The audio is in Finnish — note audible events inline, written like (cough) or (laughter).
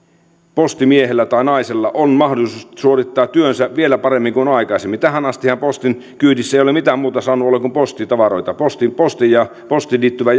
postimiehellä tai naisella on mahdollisuus suorittaa työnsä vielä paremmin kuin aikaisemmin tähän astihan postin kyydissä ei ole mitään muuta saanut olla kuin postitavaroita posti ja postiin liittyvää (unintelligible)